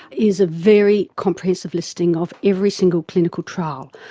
is a very comprehensive listing of every single clinical trial.